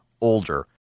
older